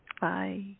Bye